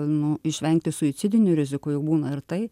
nu išvengti suicidinių rizikų juk būna ir tai